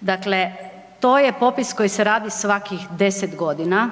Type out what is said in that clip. Dakle, to je popis koji se radi svakih 10 godina